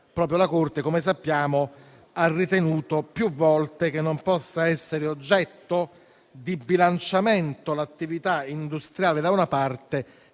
Proprio la Corte, come sappiamo, ha ritenuto più volte che non possano essere oggetto di bilanciamento l'attività industriale, da una parte,